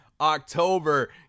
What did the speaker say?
October